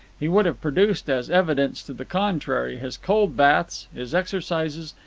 he would have produced as evidence to the contrary his cold baths, his exercises,